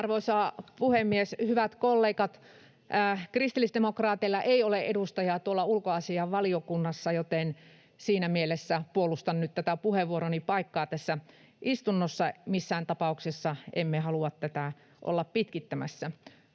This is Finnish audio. Arvoisa puhemies! Hyvät kollegat! Kristillisdemokraateilla ei ole edustajaa tuolla ulkoasiainvaliokunnassa, joten siinä mielessä puolustan nyt tätä puheenvuoroni paikkaa tässä istunnossa. Missään tapauksessa emme halua tätä olla pitkittämässä.